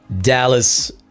Dallas